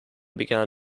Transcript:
began